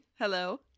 Hello